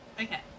Okay